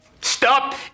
Stop